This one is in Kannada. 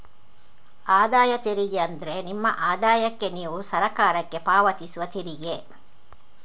ಆದಾಯ ತೆರಿಗೆ ಅಂದ್ರೆ ನಿಮ್ಮ ಆದಾಯಕ್ಕೆ ನೀವು ಸರಕಾರಕ್ಕೆ ಪಾವತಿಸುವ ತೆರಿಗೆ